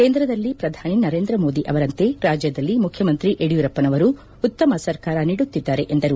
ಕೇಂದ್ರದಲ್ಲಿ ಪ್ರಧಾನಿ ನರೇಂದ್ರ ಮೋದಿ ಅವರಂತೆ ರಾಜ್ಯದಲ್ಲಿ ಮುಖ್ಯಮಂತ್ರಿ ಯಡಿಯೂರಪ್ಪನವರು ಉತ್ತಮ ಸರಕಾರ ನೀಡುತ್ತಿದ್ದಾರೆ ಎಂದರು